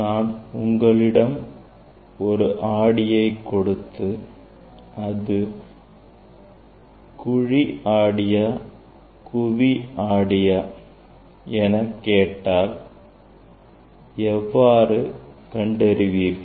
நான் உங்களிடம் ஒரு ஆடியை கொடுத்தால் அது குவி ஆடியா அல்லது குழி ஆடியா என கேட்டால் எவ்வாறு கண்டறிவீர்கள்